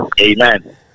Amen